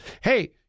Hey